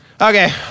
Okay